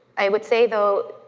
i would say though,